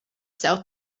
sell